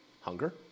hunger